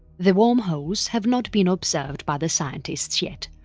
the wormholes have not been observed by the scientists yet.